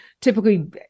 typically